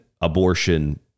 abortion